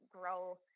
grow